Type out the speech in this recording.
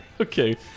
Okay